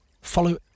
follow